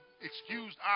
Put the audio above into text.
excused